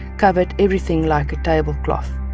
covered everything like a tablecloth.